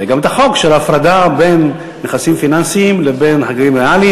וגם את החוק של ההפרדה בין יחסים פיננסיים לבין כספים ריאליים,